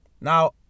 Now